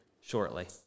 shortly